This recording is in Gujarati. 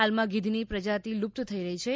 હાલમાં ગીધની પ્રજાતિ લુપ્ત થઈ રહી છે